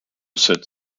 set